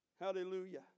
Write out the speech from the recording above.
Hallelujah